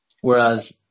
whereas